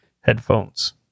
headphones